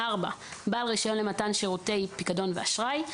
בעל רישיון למתן שירותי פיקדון ואשראי.